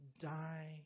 die